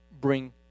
bring